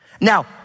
Now